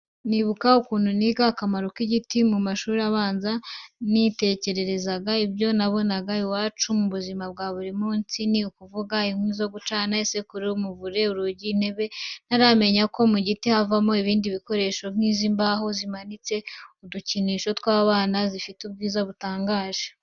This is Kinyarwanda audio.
Nibuka ukuntu niga akamaro k'igiti mu mashuri abanza, nitekererezaga ibyo nabonaga iwacu mu buzima bwa buri munsi, ni ukuvuga: inkwi zo gucana, isekuru, umuvure, urugi, intebe, ntaramenya ko mu giti havamo ibindi bikoresho nk'izi mbaho zimanitseho udukinisho tw'abana, zifite ubwiza butangaje.